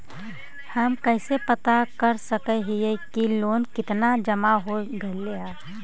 हम कैसे पता कर सक हिय की लोन कितना जमा हो गइले हैं?